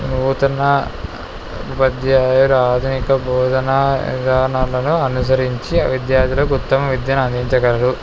నూతన ఉపాధ్యాయులు ఆధునిక భోజన విధానాలను అనుసరించి విద్యార్థులు ఉత్తమ విద్యను అందించగలరు